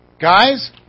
Guys